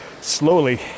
slowly